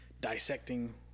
dissecting